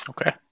Okay